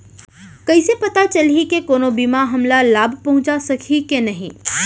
कइसे पता चलही के कोनो बीमा हमला लाभ पहूँचा सकही के नही